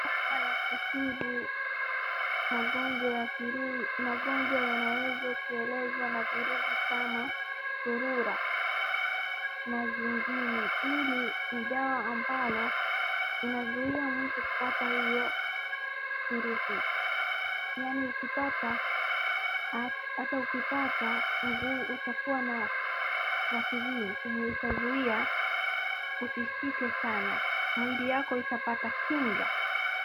Dawa ya kutibu magonjwa ya viru magonjwa yanaweza kuelezwana na virusi kama surura na zingine. Ili ni dawa ambalo inazuia mtu kupata hiyo virusi. Yaani ukipata hata ukipata maguu utakuwa na vaccine ambayo unaitazuia usishike sana. Mwili yako itapata kinga.